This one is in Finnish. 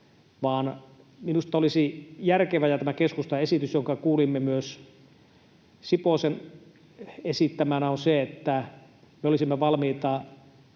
minusta olisi järkevää — ja tämä on keskustan esitys, jonka kuulimme myös Siposen esittämänä — että me olisimme valmiita